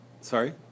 Sorry